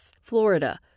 Florida